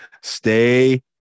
stay